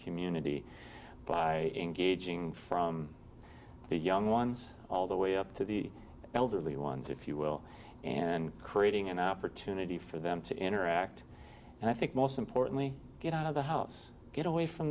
community by engaging from the young ones all the way up to the elderly ones if you will and creating an opportunity for them to interact and i think most importantly get out of the house get away from